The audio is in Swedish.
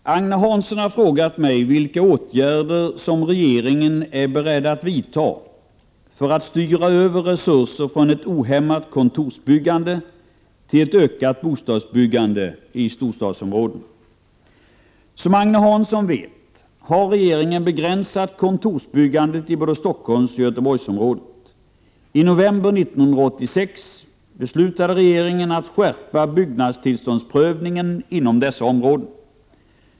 Herr talman! Agne Hansson har frågat mig vilka åtgärder som regeringen är beredd att vidta för att styra över resurser från ett ohämmat kontorsbyggande till ett ökat bostadsbyggande i storstadsområdena. Som Agne Hansson vet har regeringen begränsat kontorsbyggandet i både Stockholmsoch Göteborgsområdet. I november 1986 beslutade regeringen att skärpa byggnadstillståndsprövningen inom dessa områden.